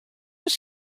foar